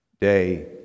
day